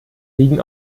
liegen